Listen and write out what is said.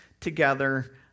together